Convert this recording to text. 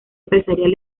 empresarial